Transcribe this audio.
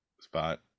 Spot